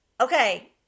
okay